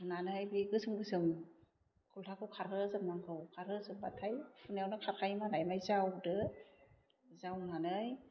बे गोसोम गोसोम खलथाखौ खारहो जोबनांगौ खारहो जोबबाथाय खुनायावनो खारयो मालाय ओमफ्राइ जावदो जावनानै